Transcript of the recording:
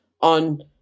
on